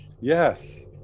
Yes